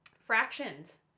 fractions